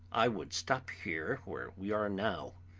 i would stop here where we are now,